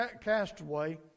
castaway